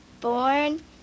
born